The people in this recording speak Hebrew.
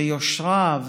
יושרה,